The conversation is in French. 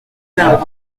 bains